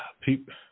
people